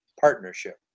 partnership